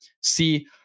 See